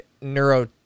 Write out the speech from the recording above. neuro